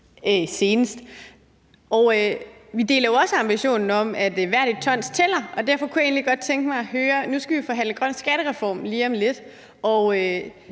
vi deler også ambitionen om, at hvert et ton tæller, og derfor kunne jeg godt tænke mig at høre noget. Nu skal vi jo forhandle grøn skattereform lige om lidt,